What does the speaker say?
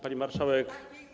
Pani Marszałek!